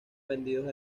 vendidos